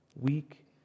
weak